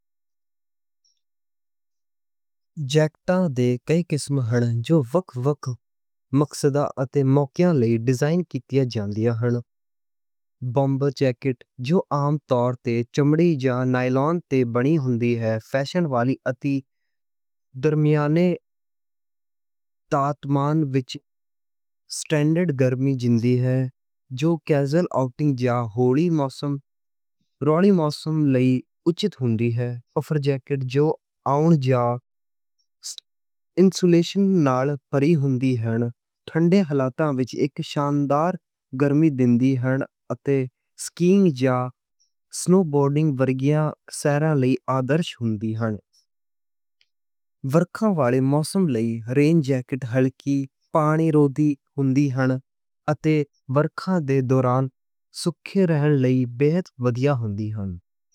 جیکٹاں دے کئی قسم ہن جو وکھ وکھ مقصداں اتے موقعاں لئی دتیاں جاندیاں ہن۔ بامبر جیکٹ جو عام طور تے چمڑا یا نائلان تے بنی ہوندی ہن۔ فیشن والی اتے درمیانے تپمان وچ سٹینڈرڈ گرمی دِندی ہن۔ جو کیجول آؤٹنگ یا ہلکے موسم لئی اُچت ہندی ہن۔ پارکا جیکٹ جو اوڑھ یا انسولیشن نال پدی ہوندی، حد ٹھنڈے حالات وچ اک شاندار گرمی دِندی ہن۔ اتے سکینگ یا سنو بورڈنگ ورگیاں آدرشی ہوندیاں ہن۔ برکھا والے موسم لئی رین جیکٹ ہلکی، پانی روکدی ہوندی ہن۔ اتے برکھا دے دوران سوکھے رہن لئی بہت وڈیا ہوندی ہن۔